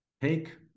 Take